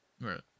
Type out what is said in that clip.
Right